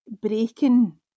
breaking